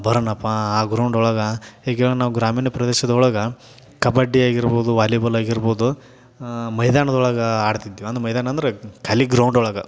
ಬರೋಣಪ್ಪ ಆ ಗ್ರೌಂಡ್ ಒಳಗೆ ಈಗ ಎಲ್ಲ ನಾವು ಗ್ರಾಮೀಣ ಪ್ರದೇಶ್ದೊಳಗೆ ಕಬಡ್ಡಿ ಆಗಿರ್ಬೋದು ವಾಲಿಬಾಲ್ ಆಗಿರ್ಬೋದು ಮೈದಾನದೊಳಗೆ ಆಡ್ತಿದ್ವಿ ಅಂದ್ರ್ ಮೈದಾನ ಅಂದರೆ ಖಾಲಿ ಗ್ರೌಂಡ್ ಒಳಗೆ